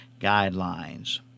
guidelines